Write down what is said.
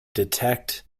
detect